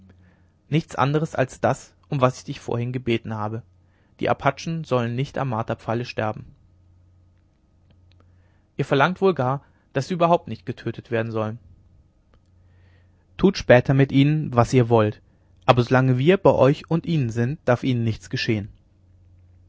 nichts anderes als das um was ich dich vorhin gebeten habe die apachen sollen nicht am marterpfahle sterben ihr verlangt wohl gar daß sie überhaupt nicht getötet werden sollen tut später mit ihnen was ihr wollt aber so lange wir bei euch und ihnen sind darf ihnen nichts geschehen